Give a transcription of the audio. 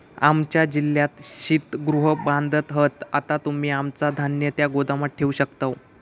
आमच्या जिल्ह्यात शीतगृह बांधत हत, आता आम्ही आमचा धान्य त्या गोदामात ठेवू शकतव